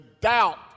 doubt